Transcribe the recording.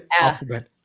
Alphabet